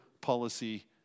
policy